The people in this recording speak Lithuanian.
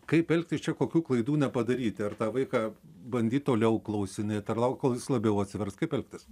kaip elgtis čia kokių klaidų nepadaryt ar tą vaiką bandyt toliau klausinėt ar laukt kol jis labiau atsivers kaip elgtis